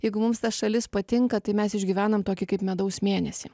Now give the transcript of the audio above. jeigu mums ta šalis patinka tai mes išgyvenam tokį kaip medaus mėnesį